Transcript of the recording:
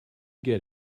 get